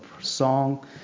song